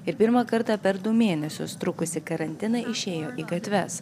ir pirmą kartą per du mėnesius trukusį karantiną išėjo į gatves